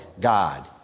God